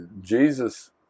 Jesus